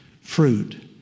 fruit